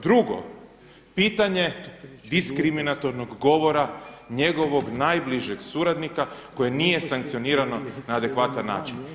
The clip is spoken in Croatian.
Drugo, pitanje diskriminatornog govora njegovog najbližeg suradnika koji nije sankcionirano na adekvatan način.